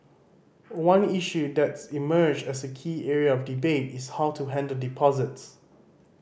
one issue that's emerged as a key area of debate is how to handle deposits